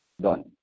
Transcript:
Done